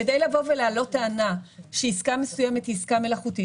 כדי להעלות טענה שעסקה מסוימת היא עסקה מלאכותית